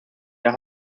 der